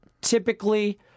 typically